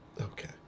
Okay